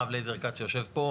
הרב אליעזר כץ שיושב פה.